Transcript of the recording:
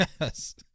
Yes